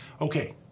Okay